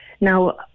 Now